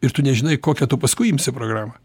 ir tu nežinai kokią tu paskui imsi programą